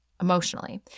emotionally